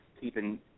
Keeping